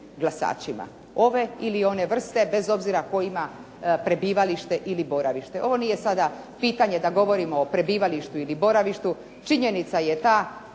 glasačima ove ili one vrste, bez obzira tko ima prebivalište ili boravište. Ovo nije sada pitanje da li govorimo o prebivalištu ili boravištu činjenica je ta